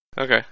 Okay